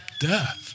Death